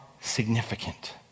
significant